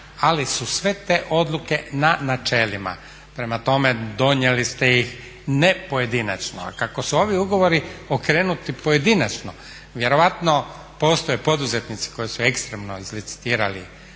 ali su sve te odluke na načelima. Prema tome, donijeli ste ih ne pojedinačno. A kako su ovi ugovorio okrenuti pojedinačno vjerojatno postoje poduzetnici koji su ekstremno izlicitirali,